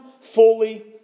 fully